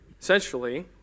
essentially